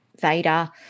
Vader